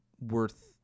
worth